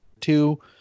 two